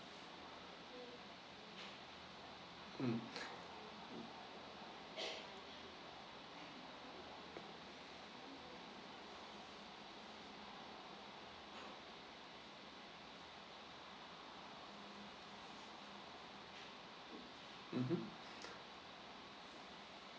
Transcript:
mm mmhmm